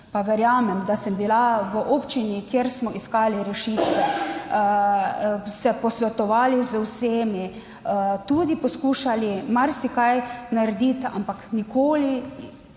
verjamem, da sem bila v občini, kjer smo iskali rešitve, se posvetovali z vsemi, tudi poskušali marsikaj narediti, ampak nikoli